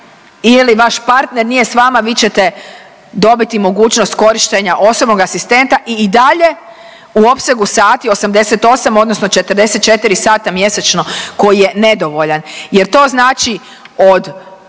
ili vaš partner nije s vama vi ćete dobiti mogućnost korištenja osobnog asistenta i, i dalje u opsegu sati, 88 odnosno 44 sata mjesečno koji je nedovoljan jer to znači od